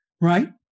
Right